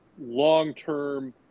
long-term